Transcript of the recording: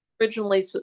originally